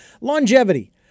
longevity